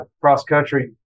cross-country